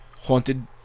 Haunted